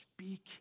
speak